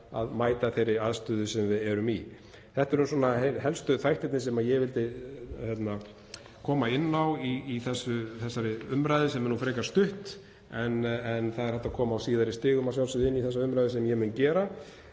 að mæta þeirri aðstöðu sem við erum í. Þetta eru helstu þættirnir sem ég vildi koma inn á í þessari umræðu sem er frekar stutt en það er hægt að koma á síðari stigum að sjálfsögðu inn í þessa umræðu sem ég mun gera.